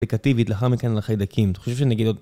פקטיבית לחמקן לחיידקים. אתה חושב שנגיד עוד...